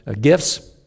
gifts